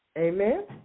Amen